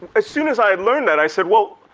as soon as i had learned that, i said well,